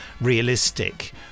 realistic